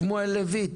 שמואל לויט